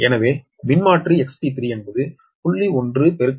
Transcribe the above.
எனவே மின்மாற்றி XT3 என்பது 0